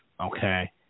okay